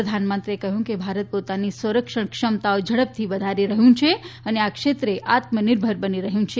પ્રધાનમંત્રીએ કહ્યું કે ભારત પોતાની સંરક્ષણ ક્ષમતાઓ ઝડપથી વધારી રહ્યું છે અને આ ક્ષેત્રે આત્મનિર્ભર બની રહ્યું છે